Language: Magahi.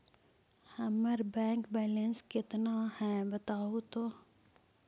हमर बैक बैलेंस केतना है बताहु तो?